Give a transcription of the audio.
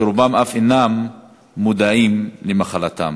ורובם אף אינם מודעים למחלתם,